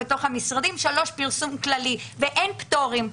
בתוך המשרדים ופרסום כללי ואין פטורים.